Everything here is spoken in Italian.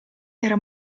era